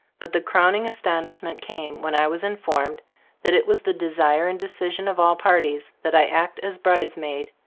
but the crowning astonishment came when i was informed that it was the desire and decision of all parties, that i act as bridesmaid.